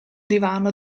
divano